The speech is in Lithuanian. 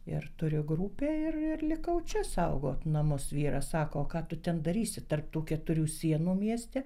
ir turiu grupę ir ir likau čia saugot namus vyras sako ką tu ten darysi tarp tų keturių sienų mieste